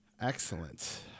Excellent